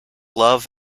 love